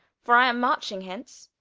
for i am marching hence